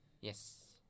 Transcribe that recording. Yes